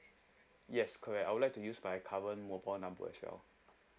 yes correct I would like to use my current mobile number as well